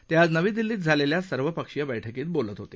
ते आज नवी दिल्लीत झालेल्या सर्वपक्षीय बैठकीत बोलत होते